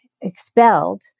expelled